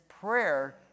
prayer